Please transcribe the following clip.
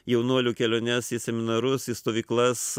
jaunuolių keliones į seminarus į stovyklas